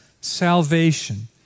salvation